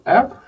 App